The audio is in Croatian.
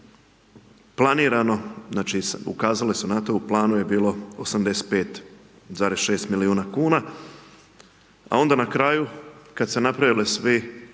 planirano, znači, ukazali su na to, u planu je bilo 85,6 milijuna kuna, a onda na kraju, kad se napravili svi,